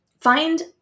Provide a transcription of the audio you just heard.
find